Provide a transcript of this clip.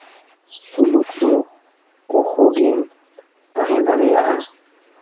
ᱥᱩᱞᱩᱠ ᱫᱚ ᱚᱦᱚᱜᱮᱢ ᱛᱟᱦᱮᱸ ᱫᱟᱲᱮᱭᱟᱜᱼᱟ